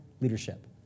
leadership